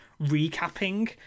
recapping